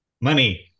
Money